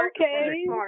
Okay